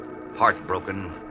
heartbroken